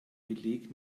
beleg